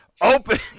open